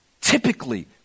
typically